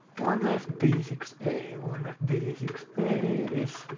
one f b six a. one f b six a is,